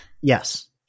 Yes